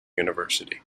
university